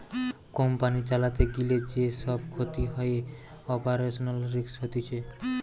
company চালাতে গিলে যে সব ক্ষতি হয়ে অপারেশনাল রিস্ক হতিছে